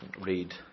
read